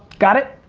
got it?